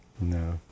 No